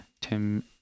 Tim